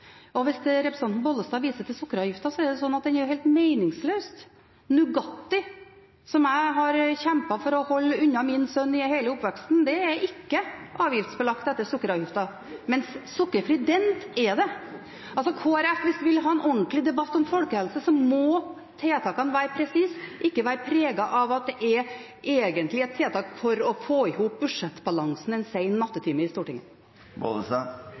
skattlagt. Hvis representanten Bollestad viser til sukkeravgiften, er det slik at den er helt meningsløs. Nugatti, som jeg har kjempet for å holde unna min sønn i hele oppveksten, er ikke avgiftsbelagt etter sukkeravgiften, mens sukkerfri Dent er det. Altså: Hvis Kristelig Folkeparti vil ha en ordentlig debatt om folkehelse, må tiltakene være presise, ikke være preget av at det egentlig er tiltak for å få i hop budsjettbalansen en sen nattetime i Stortinget.